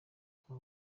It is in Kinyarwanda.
kwa